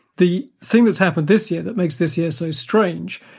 the thing that's happened this year that makes this year so strange,